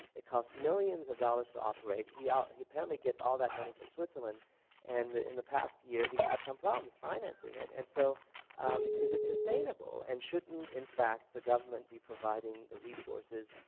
it cost millions of dollars to operate. he ah ah he apparently gets all that money from switzerland and in the past year he's had some problems financing it and so is it sustainable, and shouldn't in fact the government be providing the resources,